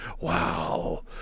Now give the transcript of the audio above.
wow